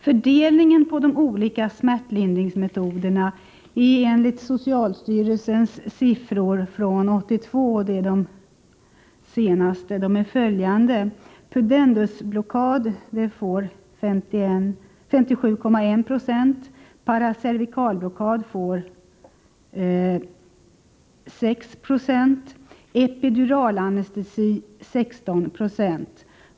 Fördelningen av de olika smärtlindringsmetoderna är enligt socialstyrelsens siffror från 1983 — det är de senaste — följande: pudendusblockad 57,1 20, paracervikalblockad 11,6 26, epiduralanestesi 16 20.